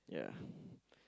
yeah